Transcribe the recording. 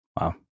Wow